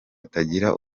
atagira